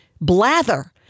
blather